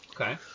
Okay